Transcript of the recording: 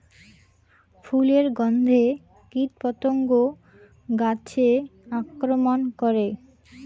ফুলের গণ্ধে কীটপতঙ্গ গাছে আক্রমণ করে?